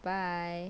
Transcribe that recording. by